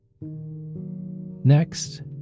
Next